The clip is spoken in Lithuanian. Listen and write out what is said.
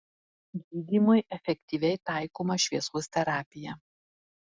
gydymui efektyviai taikoma šviesos terapija